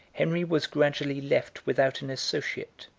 henry was gradually left without an associate,